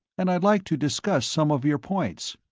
and i'd like to discuss some of your points.